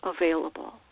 available